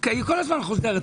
הוזלת יוקר המחיה,